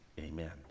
Amen